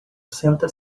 senta